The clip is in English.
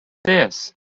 theirs